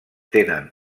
tenen